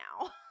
now